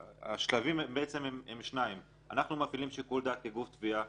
השלבים הם שניים: אנחנו מפעילים שיקול דעת כגוף תביעה,